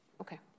Okay